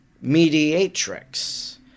mediatrix